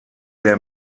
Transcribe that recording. der